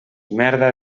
merda